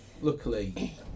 luckily